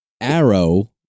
Arrow